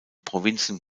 provinzen